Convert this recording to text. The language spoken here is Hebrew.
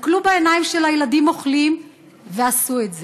הסתכלו בעיניים של הילדים האוכלים ועשו את זה.